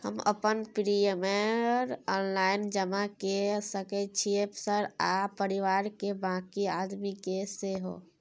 हम अपन premium online जमा के सके छियै सर आ परिवार के बाँकी आदमी के सेहो?